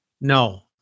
No